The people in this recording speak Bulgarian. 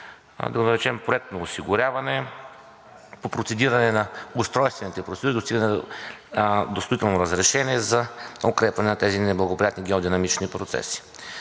политика по проектно осигуряване, по процедиране на устройствените процедури до строително разрешение за укрепване на тези неблагоприятни геодинамични процеси.